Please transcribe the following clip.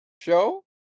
show